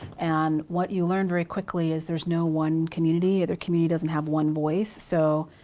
and what you learn very quickly is there's no one community or the community doesn't have one voice. so,